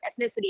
ethnicity